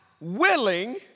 willing